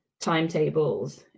timetables